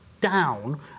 down